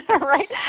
right